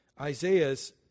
Isaiah's